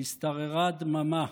השתררה דממה.